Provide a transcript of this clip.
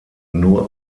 nur